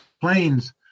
planes